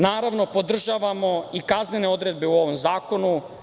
Naravno, podržavamo i kaznene odredbe u ovom zakonu.